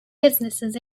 businesses